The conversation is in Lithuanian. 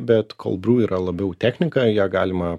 bet kold briu yra labiau technika ją galima